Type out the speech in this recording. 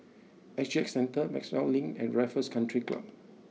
S G Centre Maxwell Link and Raffles Country Club